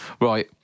right